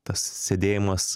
tas sėdėjimas